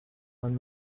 man